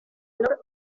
valor